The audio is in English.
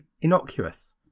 innocuous